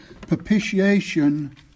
propitiation